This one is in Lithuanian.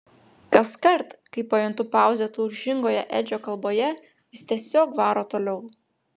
kaskart kai pajuntu pauzę tulžingoje edžio kalboje jis tiesiog varo toliau